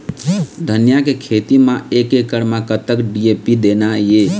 धनिया के खेती म एक एकड़ म कतक डी.ए.पी देना ये?